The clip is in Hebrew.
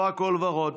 לא הכול ורוד.